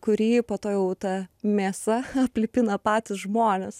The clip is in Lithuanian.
kurį po to jau ta mėsa aplipina patys žmonės